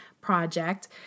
project